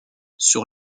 sur